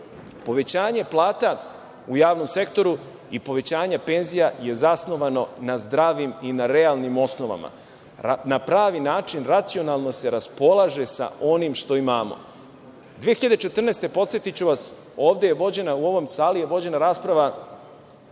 Povećanje plata u javnom sektoru i povećanje penzija je zasnovano na zdravim i na realnim osnovama. Na pravi način racionalno se raspolaže sa onim što imamo. Godine 2014, podsetiću vas, ovde u ovoj sali je vođena rasprava